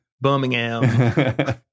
Birmingham